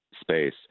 space